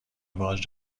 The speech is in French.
ouvrage